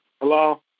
Hello